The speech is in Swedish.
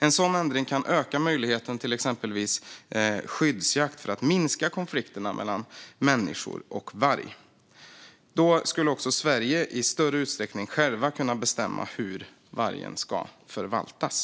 En sådan ändring kan öka möjligheten till exempelvis skyddsjakt för att minska konflikterna mellan människor och varg. Då skulle också Sverige i större utsträckning självt kunna bestämma hur vargen ska förvaltas.